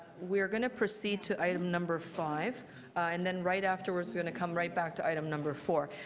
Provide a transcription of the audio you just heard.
we are going to proceed to item number five and then right afterwards going to come right back to item number four.